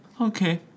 Okay